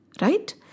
right